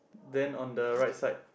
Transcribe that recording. then on the right side